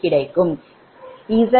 7 0